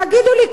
תגידו לי,